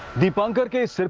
deepankar.